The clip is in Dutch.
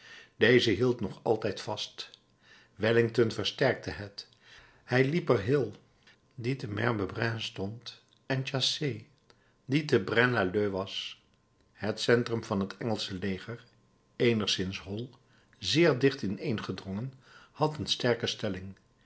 deze hield nog altijd vast wellington versterkte het hij riep er hill die te merbe braine stond en chassé die te braine lalleud was het centrum van het engelsche leger eenigszins hol zeer dicht ineengedrongen had een sterke stelling